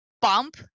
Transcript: bump